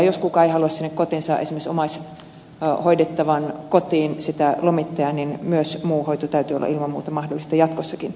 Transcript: jos joku ei halua sinne kotiinsa esimerkiksi omaishoidettavan kotiin sitä lomittajaa niin myös muu hoito täytyy olla ilman muuta mahdollista jatkossakin